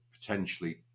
potentially